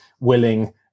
willing